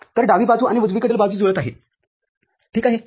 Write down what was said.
तर डावी बाजू आणि उजवीकडील बाजू जुळत आहे ठीक आहे